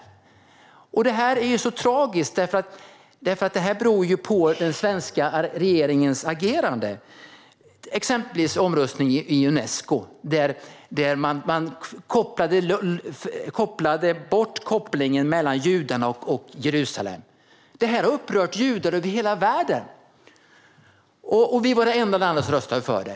Det är så tragiskt. Det beror på den svenska regeringens agerande. Det gäller exempelvis omröstningen i Unesco där man tog bort kopplingen mellan judarna och Jerusalem. Det har upprört judar över hela världen. Vi var det enda landet som röstade för det.